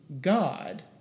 God